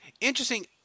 interesting